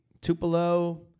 Tupelo